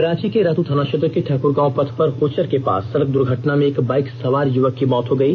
रांची के रातू थाना क्षेत्र के ठाक्रगांव पथ पर होचर के पास सड़क द्र्घटना में एक बाइक सवार युवक की मौत हो गई